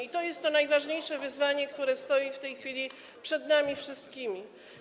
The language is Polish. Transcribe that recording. I to jest to najważniejsze wyzwanie, które stoi w tej chwili przed nami wszystkimi.